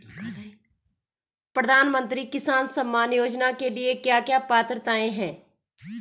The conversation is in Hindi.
प्रधानमंत्री किसान सम्मान योजना के लिए क्या क्या पात्रताऐं हैं?